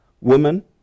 Woman